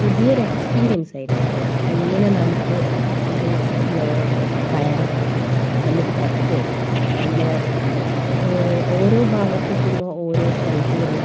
പുതിയൊരു എക്സ്പീരിയൻസായിരുന്നു എങ്ങനെ നമുക്ക് ഇത് നേ കയറാം നമുക്ക് പറ്റുമോ നമ്മളെ ഓരോ ഭാഗത്തെത്തുമ്പോൾ ഓരോ സെൽഫികൾ